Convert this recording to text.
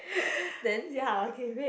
ya okay wait